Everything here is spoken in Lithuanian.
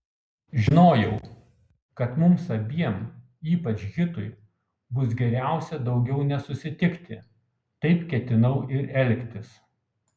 žinojau kad mums abiem ypač hitui bus geriausia daugiau nesusitikti taip ketinau ir elgtis